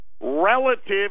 relative